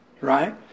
right